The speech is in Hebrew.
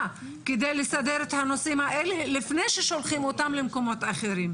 כדי לסדר את הנושאים האלה לפני ששולחים אותם למקומות אחרים.